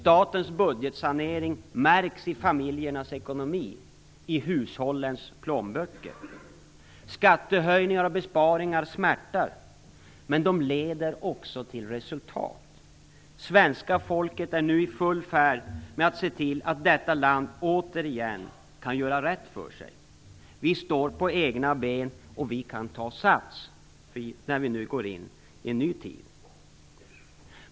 Statens budgetsanering märks i familjernas ekonomi, i hushållens plånböcker. Skattehöjningar och besparingar smärtar, men de leder också till resultat. Svenska folket är nu i full färd med att se till att vårt land återigen kan göra rätt för sig.